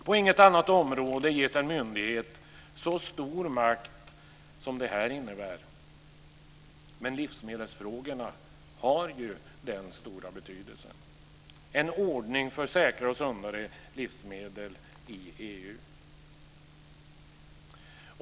På ingen annat området ges en myndighet så stor makt som detta innebär, men livsmedelsfrågorna har ju den stora betydelsen. Det handlar om en ordning för säkrare och sundare livsmedel i EU.